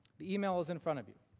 the email is in front of you.